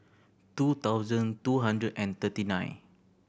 two thousand two hundred and thirty nine